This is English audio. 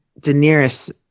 Daenerys